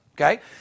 okay